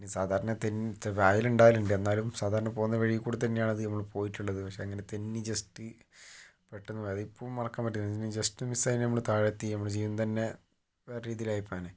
ഇനി സാധാരണ തെന്നി പായലുണ്ടായാലുണ്ട് എന്നാലും സാധാരണ പോകുന്ന വഴിയിൽ കൂടി തന്നെയാണ് അത് നമ്മൾ പോയിട്ടുള്ളത് പക്ഷെ അങ്ങനെ തെന്നി ജസ്റ്റ് പെട്ടെന്ന് അതിപ്പോഴും മറക്കാൻ പറ്റുന്നില്ല ജസ്റ്റ് മിസ്സായി നമ്മൾ താഴത്ത് നമ്മുടെ ജീവൻ തന്നെ വേറെ രീതിയിൽ ആയി പോയേനെ